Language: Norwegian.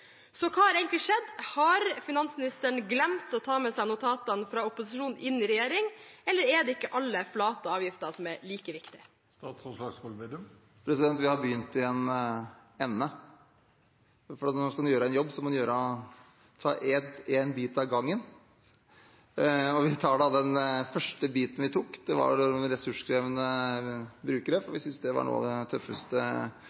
Så hva har egentlig skjedd? Har finansministeren glemt å ta med seg notatene fra opposisjonen inn i regjering, eller er det ikke alle flate avgifter som er like viktige? Vi har begynt i en ende. Når man skal gjøre en jobb, må man ta én bit om gangen. Den første biten vi tok, gjaldt ressurskrevende brukere. Vi syntes det var et av de tøffeste kuttene Høyre, Kristelig Folkeparti og Venstre foreslo, for